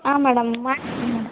ಹಾಂ ಮೇಡಂ ಮಾಡ್ಕೊಡ್ತೀವಿ ಮೇಡಮ್